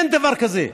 אין דבר כזה.